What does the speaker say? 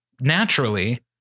naturally